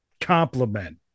compliment